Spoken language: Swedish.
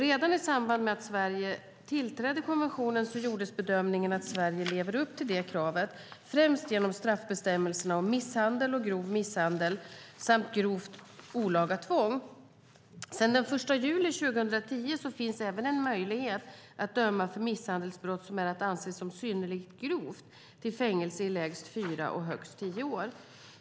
Redan i samband med Sveriges tillträde till konventionen gjordes bedömningen att Sverige levde upp till detta krav, främst genom straffbestämmelserna om misshandel och grov misshandel samt grovt olaga tvång. Sedan den 1 juli 2010 finns även en möjlighet att döma för misshandelsbrott som är att anse som synnerligen grovt till fängelse i lägst fyra och högst tio år.